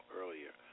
earlier